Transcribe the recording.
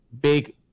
big